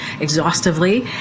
exhaustively